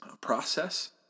process